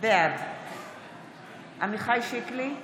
בעד עמיחי שיקלי,